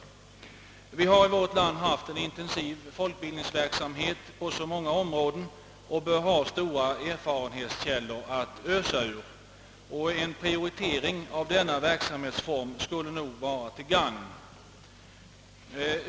Vi har i vårt land haft en intensiv folkbildningsverksamhet på många områden och bör ha rika källor av erfarenhet att ösa ur. En prioritering av denna verksamhetsform skulle säkert vara till gagn.